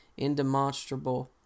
indemonstrable